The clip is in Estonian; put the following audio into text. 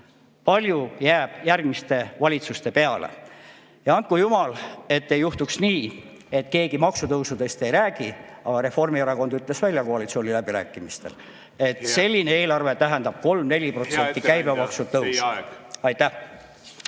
Palju jääb järgmiste valitsuste peale. Andku jumal, et ei juhtuks nii, et keegi küll maksutõusudest ei räägi, aga Reformierakond ütles juba koalitsiooniläbirääkimistel välja, et selline eelarve tähendab 3–4% käibemaksu tõusu. Aitäh!